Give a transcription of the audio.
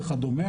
וכדומה,